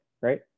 right